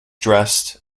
dressed